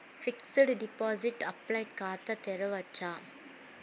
Fixed deposit online ఖాతా తెరువవచ్చా?